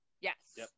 yes